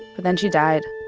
but then she died.